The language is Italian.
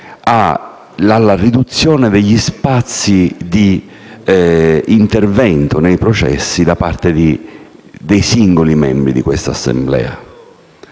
la riduzione degli spazi di intervento nei processi da parte dei singoli membri di questa Assemblea.